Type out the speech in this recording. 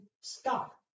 stop